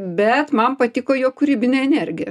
bet man patiko jo kūrybinė energija